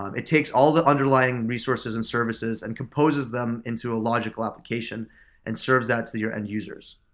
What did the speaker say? um it takes all the underlying resources and services and composes them into a logical application and serves that to your end users.